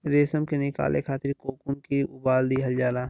रेशम के निकाले खातिर कोकून के उबाल दिहल जाला